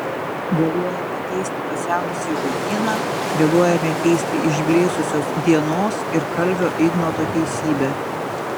vėluojame keisti pasenusį žodyną vėluojame keisti išblėsusios dienos ir kalvio ignoto teisybę